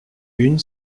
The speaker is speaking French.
une